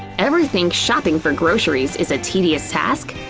ever think shopping for groceries is a tedious task?